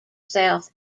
south